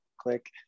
click